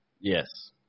Yes